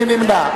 מי נמנע?